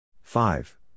five